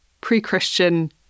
pre-Christian